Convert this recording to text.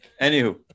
Anywho